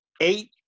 eight